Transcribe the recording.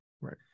right